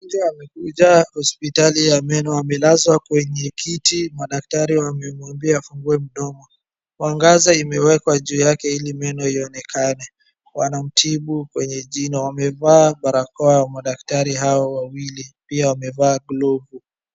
Mgonjwa amekuja hospitali ya meno amelazwa kwenye kiti. Madaktari wamemwamabia afungue mdomo. Mwangaza imewekwa juu yake ili meno iyonekane. wanamtibu kwenye jino. Wamevaa barakoa madakatri hao wawili pia wamevaa glovu.